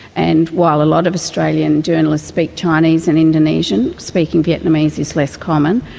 and while a lot of australian journalists speak chinese and indonesian, speaking vietnamese is less common.